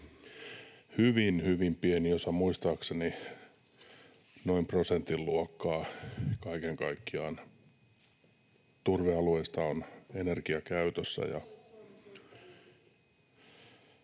hyvin pieni osa — muistaakseni noin prosentin luokkaa — kaiken kaikkiaan turvealueista energiakäytössä.